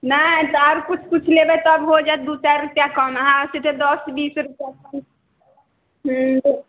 नहि तऽ आओर किछु किछु लेबै तब हो जायत दू चारि रूपैआ कम अहाँ सीधे दस बीस रूपैआ कम हम्म